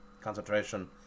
concentration